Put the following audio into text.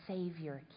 Savior